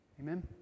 Amen